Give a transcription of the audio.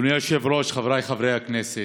אדוני היושב-ראש, חבריי חברי הכנסת,